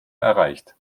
erreicht